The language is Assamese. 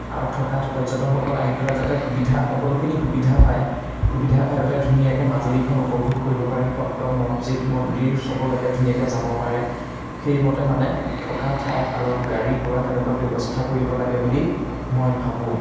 আৰু থকাত পৰ্যটকসকল আহি পেলাই যাতে সুবিধা সকলোখিনি সুবিধা পায় সুবিধা পাই পেলাই ধুনীয়াকৈ মাজুলীখন উপভোগ কৰিব পাৰে সত্ৰ মচজিদ মন্দিৰ চবলৈকে ধুনীয়াকৈ যাব পাৰে সেইমতে মানে থকা ঠাই আৰু গাড়ী গোৰা তেনেকুৱা ব্যৱস্থা কৰিব লাগে বুলি মই ভাবোঁ